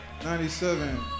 97